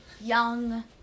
young